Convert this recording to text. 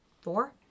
four